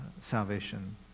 salvation